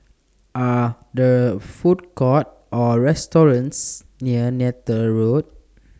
Are There Food Courts Or restaurants near Neythal Road